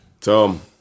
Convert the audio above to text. Tom